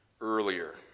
earlier